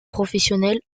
professionnelle